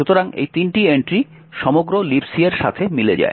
সুতরাং এই তিনটি এন্ট্রি সমগ্র Libc এর সাথে মিলে যায়